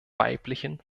weiblichen